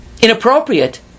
inappropriate